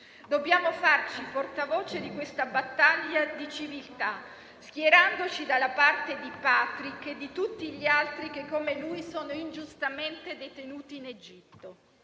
Dobbiamo farci portavoce di questa battaglia di civiltà, schierandoci dalla parte di Patrick e di tutti gli altri che, come lui, sono ingiustamente detenuti in Egitto.